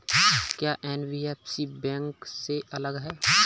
क्या NBFC bank से अलग है?